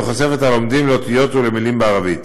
וחושפת את הלומדים לאותיות ולמילים בערבית.